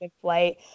flight